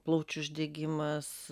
plaučių uždegimas